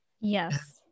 Yes